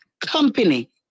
company